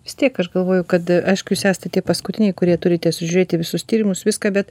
vis tiek aš galvoju kad aišku jūs esate tie paskutiniai kurie turite sužiūrėti visus tyrimus viską bet